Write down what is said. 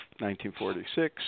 1946